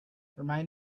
remind